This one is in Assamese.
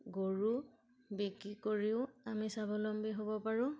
গৰু বিক্ৰী কৰিও আমি স্বাৱলম্বী হ'ব পাৰোঁ